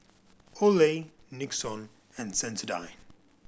Olay Nixon and Sensodyne